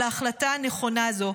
על ההחלטה הנכונה הזו,